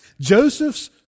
Joseph's